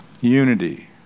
Unity